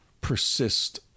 persist